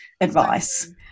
advice